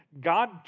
God